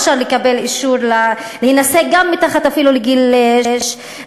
אפשר לקבל אישור להינשא גם אפילו מתחת לגיל 16,